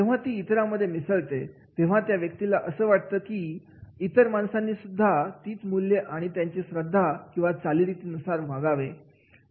जेव्हा ती इतरांमध्ये मिसळते तेव्हा त्या व्यक्तीला असं वाटतं की इतर माणसांनी सुद्धा तीच मूल्य आणि त्याची श्रद्धा किंवा चालीरीती नुसार वागावे